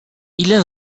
ile